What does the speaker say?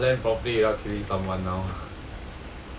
bro I cannot land properly without killing someone now